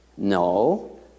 No